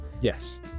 yes